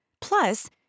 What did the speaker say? plus